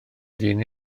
dyn